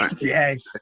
Yes